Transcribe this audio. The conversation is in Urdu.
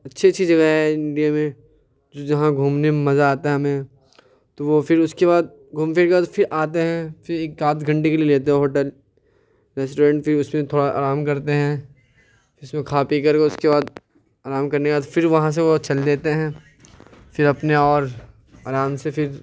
اچھی اچھی جگہیں ہیں انڈیا میں جو جہاں گھومنے میں مزا آتا ہے ہمیں تو وہ پھر اس کے بعد گھوم پھر کے بعد پھر آتے ہیں پھر ایک آدھ گھنٹے کے لیے لیتے ہو ہوٹل ریسٹورینٹ پھر اس میں تھوڑا آرام کرتے ہیں اس میں کھا پی کر کے اس کے بعد آرام کرنے کے بعد پھر وہاں سے وہ چل دیتے ہیں پھر اپنے اور آرام سے پھر